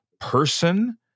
person